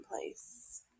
place